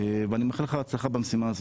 ואני מאחל לך בהצלחה במשימה הזאת,